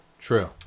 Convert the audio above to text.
true